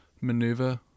maneuver